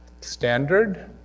standard